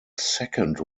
second